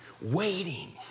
waiting